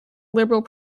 liberal